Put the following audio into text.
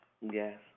Yes